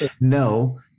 no